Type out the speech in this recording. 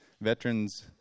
veterans